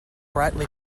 brightly